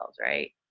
right